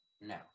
No